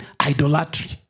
idolatry